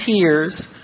tears